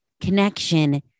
connection